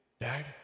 Dad